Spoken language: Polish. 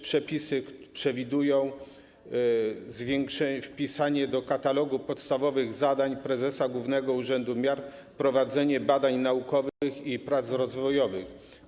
Przepisy przewidują również wpisanie do katalogu podstawowych zadań prezesa Głównego Urzędu Miar prowadzenie badań naukowych i prac rozwojowych.